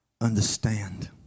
understand